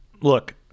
Look